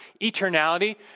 eternality